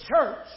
church